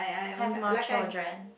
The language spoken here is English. have more children